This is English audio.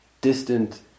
distant